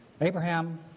Abraham